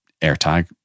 AirTag